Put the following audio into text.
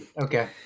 Okay